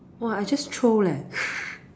whoa I just throw leh